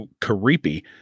creepy